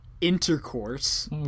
intercourse